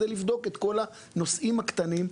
כדי לבדוק את כל הנושאים הקטנים,